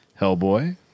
Hellboy